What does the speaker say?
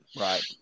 Right